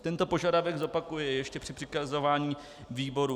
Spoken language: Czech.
Tento požadavek zopakuji ještě při přikazování výborům.